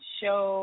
show